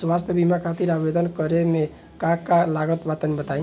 स्वास्थ्य बीमा खातिर आवेदन करे मे का का लागत बा तनि बताई?